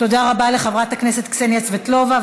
תודה רבה לחברת הכנסת קסניה סבטלובה.